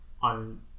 On